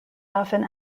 often